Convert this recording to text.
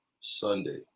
Sunday